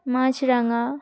মাছ রাঙা